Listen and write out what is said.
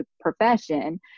profession